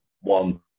one